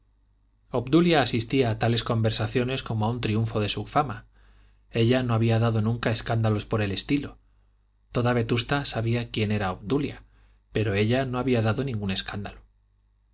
obdulia asistía a tales conversaciones como a un triunfo de su fama ella no había dado nunca escándalos por el estilo toda vetusta sabía quién era obdulia pero ella no había dado ningún escándalo